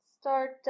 start